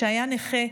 שהיה נכה,